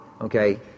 Okay